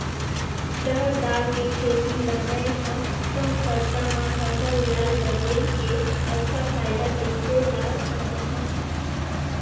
रहर दाल के खेती ला मै ह कम खरचा मा फसल ला लगई के अच्छा फायदा कइसे ला सकथव?